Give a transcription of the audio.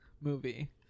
movie